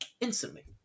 instantly